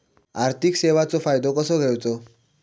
आर्थिक सेवाचो फायदो कसो घेवचो?